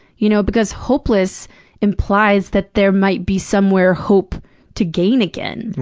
you know because hopeless implies that there might be, somewhere, hope to gain again.